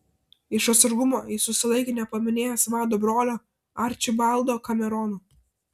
iš atsargumo jis susilaikė nepaminėjęs vado brolio arčibaldo kamerono